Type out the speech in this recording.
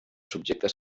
subjectes